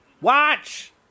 Watch